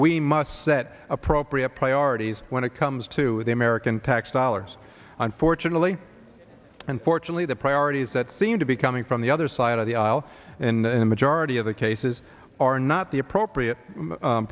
we must set appropriate priorities when it comes to the american tax dollars unfortunately unfortunately the priorities that seem to be coming from the other side of the aisle in a majority of the cases are not the appropriate